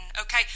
okay